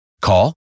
Call